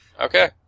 Okay